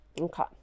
Okay